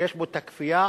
שיש בו הכפייה